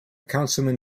councilman